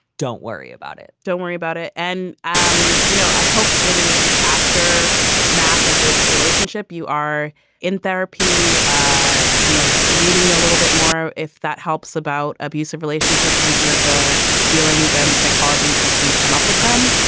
don't worry about it don't worry about it. and, um you know, i hope in this after math of this relationship, you are in therapy. ah you know, reading a little bit more, if that helps about abusive relationships and sort of the feelings and psychologies that can come up with them.